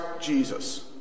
Jesus